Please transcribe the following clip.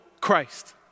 Christ